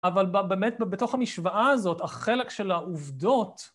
אבל באמת בתוך המשוואה הזאת, החלק של העובדות